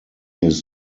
his